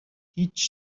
هیچ